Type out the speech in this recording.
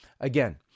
Again